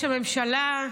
ראש הממשלה,